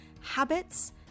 habits